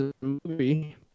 movie